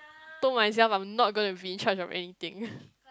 told myself I'm not gonna be in charge of anything